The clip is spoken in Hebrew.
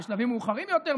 בשלבים מאוחרים יותר,